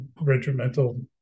regimental